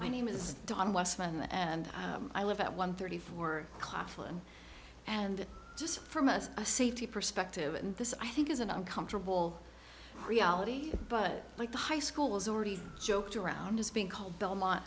my name is don west london and i live at one thirty four clapham and just from a safety perspective and this i think is an uncomfortable reality but like the high school was already joked around as being called belmont